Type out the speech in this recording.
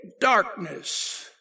darkness